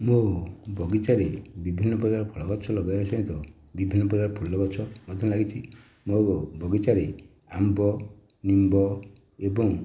ମୁଁ ବଗିଚାରେ ବିଭିନ୍ନ ପ୍ରକାର ଫଳଗଛ ଲଗାଇବା ସହିତ ବିଭିନ୍ନ ପ୍ରକାର ଫୁଲଗଛ ମଧ୍ୟ ଲାଗିଛି ମୋ ବଗିଚାରେ ଆମ୍ବ ନିମ୍ବ ଏବଂ